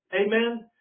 Amen